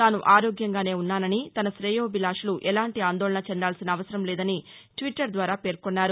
తాను ఆరోగ్యంగానే ఉన్నాసని తన కేయోభిలాషులు ఎలాంటీ ఆందోళనా చెందాల్సిన అవసరం లేదని ట్విట్టర్ ద్వారా పేర్కొన్నారు